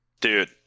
Dude